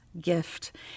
gift